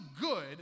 good